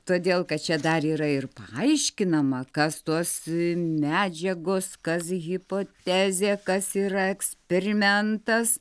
todėl kad čia dar yra ir paaiškinama kas tos medžiagos kas hipotezė kas yra eksperimentas